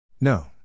No